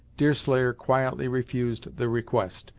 deerslayer quietly refused the request,